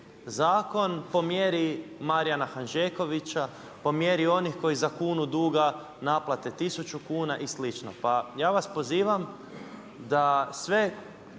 zakon po mjeri Marijana Hanžekovića, po mjeri onih koji za kunu duga naplate 1000 kuna i slično. Pa ja vas pozivam da sve